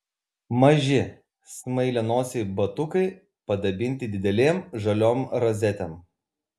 maži smailianosiai batukai padabinti didelėm žaliom rozetėm